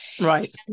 Right